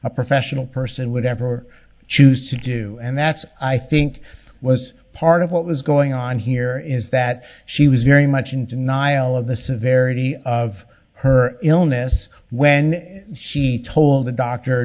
a professional person would ever choose to do and that's i think was part of what was going on here is that she was very much in denial of the severity of her illness when she told the